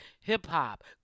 hip-hop